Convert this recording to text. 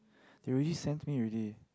they already sent me already